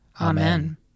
Amen